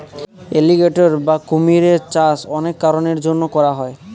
alligator বা কুমিরের চাষ অনেক কারনের জন্য করা হয়